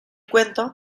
cuento